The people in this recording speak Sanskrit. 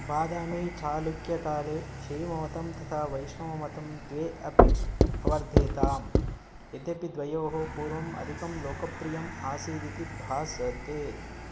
बादामी चालुक्यकाले शैवमतं तथा वैष्णवमतं द्वे अपि अवर्धेतां यद्यपि द्वयोः पूर्वम् अधिकं लोकप्रियम् आसीदिति भासते